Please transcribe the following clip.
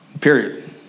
Period